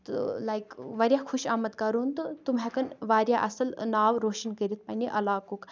تہٕ لایک واریاہ خوش آمد کَرون تہٕ تم ہیٚکَن واریاہ اصٕل ناو روشَن کٔرِتھ پَننہِ علاقُک